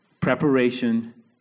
preparation